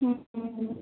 हुँ